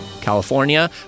California